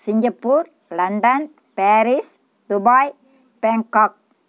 Singapore London Paris Dubai Bangkok